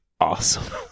awesome